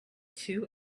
two